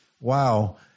wow